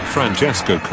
Francesco